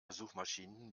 suchmaschinen